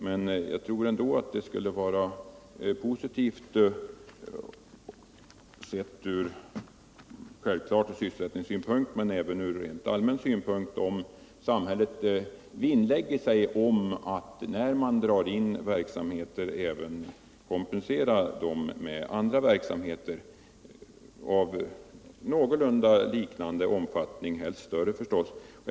Men jag tror i alla fall att det skulle vara positivt, inte bara från sysselsättningssynpunkt utan också från allmän synpunkt, om samhället vinnlade sig om att när verksamheter dras in även kompensera med andra verksamheter av ungefär lika stor omfattning, naturligtvis helst större.